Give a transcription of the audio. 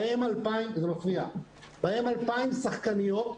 ובהם 2,000 שחקניות,